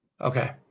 Okay